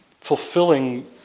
fulfilling